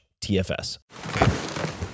TFS